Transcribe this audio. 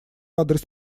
адрес